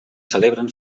celebren